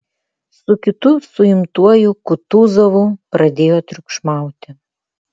su kitu suimtuoju kutuzovu pradėjo triukšmauti